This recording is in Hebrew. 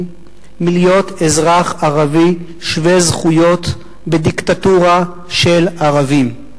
מלהיות אזרח ערבי שווה-זכויות בדיקטטורה של ערבים.